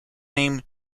name